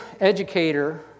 educator